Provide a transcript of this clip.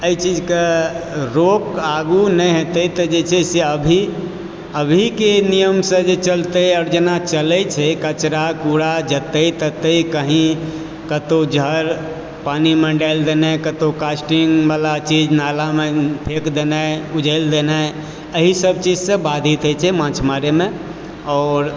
अय चीजक रोक आगू नहि हेतै तऽ जे छै से अभी अभीके नियमसँ जे चलतै आओर जेना चलै छै कचरा कूड़ा जतय ततय कही कतौ जहर पानिमे डालि देनाइ कतौ कास्टिंगवला चीज नालामे फेक देनाइ उझलि देनाइ अहि सब चीजसँ बाधित होइ छै माछ मारैमे आओर